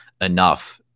enough